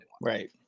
right